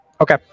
Okay